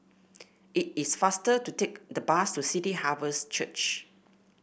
it is faster to take the bus to City Harvest Church